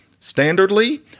standardly